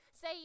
say